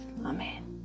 amen